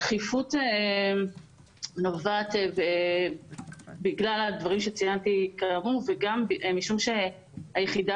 הדחיפות נובעת בגלל הדברים שציינתי וגם משום שהיחידה